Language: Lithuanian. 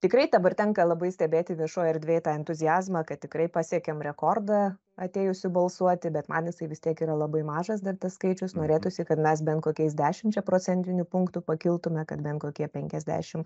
tikrai dabar tenka labai stebėti viešoj erdvėj tą entuziazmą kad tikrai pasiekėm rekordą atėjusių balsuoti bet man jisai vis tiek yra labai mažas dar tas skaičius norėtųsi kad mes bent kokiais dešimčia procentinių punktų pakiltume kad bent kokie penkiasdešimt